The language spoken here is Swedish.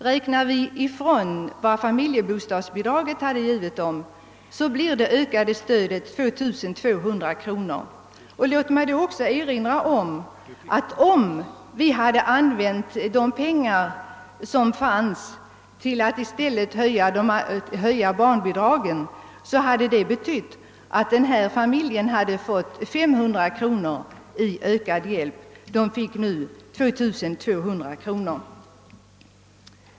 Räknar vi ifrån vad det tidigare familjebostadsbidraget gav blir nettoökningen 2200 kronor. Om vi hade använt de pengar som stod till förfogande till ati i stället höja barnbidragen, hade detta betytt att ifrågavarande familj hade fått 500 kronor i ökad hjälp. Nu fick den i stället 2200.